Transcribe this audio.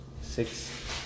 Six